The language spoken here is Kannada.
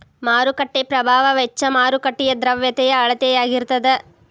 ಮಾರುಕಟ್ಟೆ ಪ್ರಭಾವ ವೆಚ್ಚ ಮಾರುಕಟ್ಟೆಯ ದ್ರವ್ಯತೆಯ ಅಳತೆಯಾಗಿರತದ